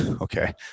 okay